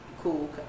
cool